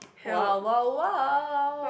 !wow! !wow! !wow!